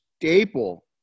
staple